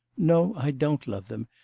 no, i don't love them,